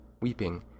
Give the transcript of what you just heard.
weeping